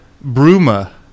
Bruma